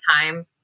time